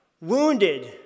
wounded